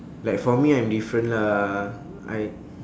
like for me I'm different lah I